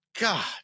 God